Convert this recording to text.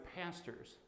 pastors